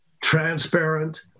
transparent